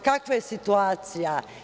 Kakva je situacija?